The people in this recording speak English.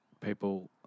people